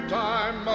time